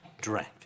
drink